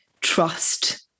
trust